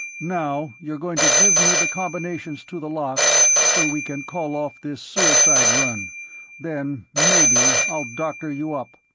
now you're going to give me the combinations to the locks so we can call off this suicide run then maybe i'll doctor you up.